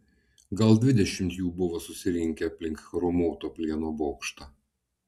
gal dvidešimt jų buvo susirinkę aplink chromuoto plieno bokštą